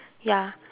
ya